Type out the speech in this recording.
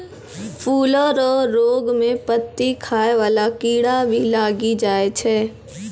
फूलो रो रोग मे पत्ती खाय वाला कीड़ा भी लागी जाय छै